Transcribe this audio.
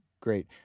Great